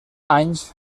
anys